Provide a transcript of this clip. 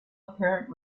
apparent